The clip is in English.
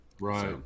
Right